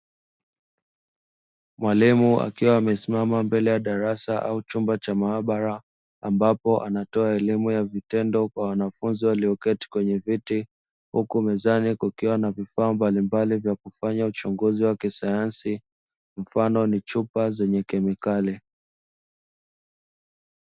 Mwalimu akiwa amesimama mbele ya darasa au chumba cha maabara, ambapo anatoa elimu ya vitendo kwa wanafunzi walioketi kwenye viti, huku mezani kukiwa na vifaa mbalimbali vya kufanya uchunguzi wa kisayansi, mfano ni chupa zenye kemikali.